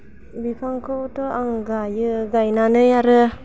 बिफांखौथ' आं गायो गायनानै आरो